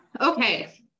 Okay